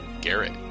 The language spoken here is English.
garrett